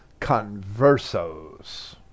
conversos